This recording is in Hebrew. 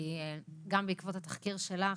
כי גם בעקבות התחקיר שלך,